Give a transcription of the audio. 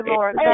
Lord